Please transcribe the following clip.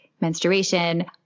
menstruation